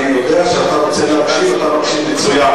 אני יודע שכשאתה רוצה להקשיב, אתה מצוין.